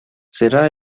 será